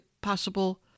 possible